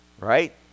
Right